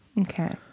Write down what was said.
Okay